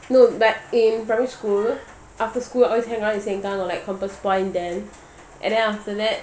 no but in primary school after school always hang out in seng kang or like compass point there and then after that